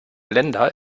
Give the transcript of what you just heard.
länder